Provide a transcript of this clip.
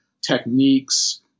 techniques